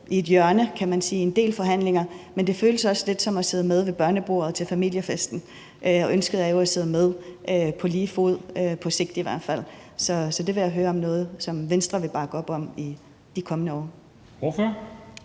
i et hjørne, kan man sige, i en del af forhandlingerne, og det føles lidt som at sidde ved børnebordet til familiefesten, og ønsket er jo i hvert fald på sigt at sidde med på lige fod med andre. Så det vil jeg høre om er noget, som Venstre vil bakke op om i de kommende år. Kl.